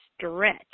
stretch